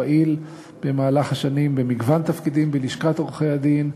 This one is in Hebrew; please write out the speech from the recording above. פעיל במהלך השנים במגוון תפקידים בלשכת עורכי-הדין.